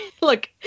look